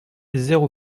zéro